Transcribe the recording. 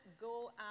go